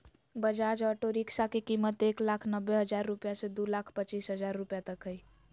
Bajaj auto rickshaw के कीमत एक लाख नब्बे हजार रुपया से दू लाख पचीस हजार रुपया तक हइ